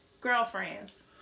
Girlfriends